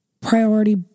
priority